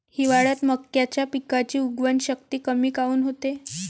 हिवाळ्यात मक्याच्या पिकाची उगवन शक्ती कमी काऊन होते?